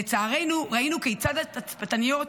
לצערנו ראינו כיצד התצפיתניות